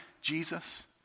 Jesus